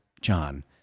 John